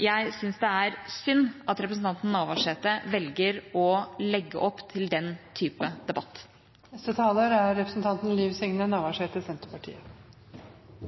Jeg syns det er synd at representanten Navarsete velger å legge opp til den type debatt. Liv Signe Navarsete